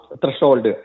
threshold